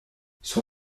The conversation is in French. son